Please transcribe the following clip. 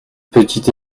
petite